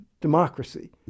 democracy